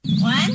One-